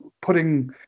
putting